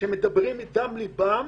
שמדברים מדם לבם